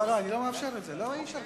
חברים, אי-אפשר כך.